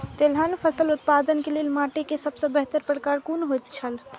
तेलहन फसल उत्पादन के लेल माटी के सबसे बेहतर प्रकार कुन होएत छल?